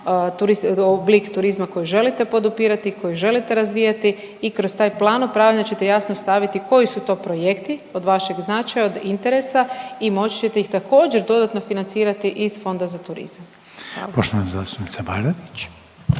oblik turizma koji želi podupirati, koji želite razvijati i kroz taj plan upravljanja čete jasno staviti koji su to projekti od vašeg značaja, od interesa i moći čete ih također dodatno financirati iz Fonda za turizam.